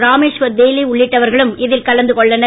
ராமேஷ்வர் தேலி உள்ளிட்டவர்களும் இதில் கலந்து கொண்டனர்